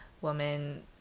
woman